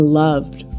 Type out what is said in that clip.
loved